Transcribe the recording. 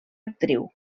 actriu